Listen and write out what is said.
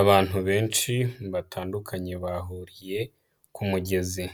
Abantu benshi batandukanye bahuriye ku mugezi,